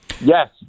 Yes